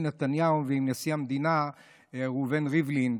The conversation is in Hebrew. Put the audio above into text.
נתניהו ועם נשיא המדינה ראובן ריבלין,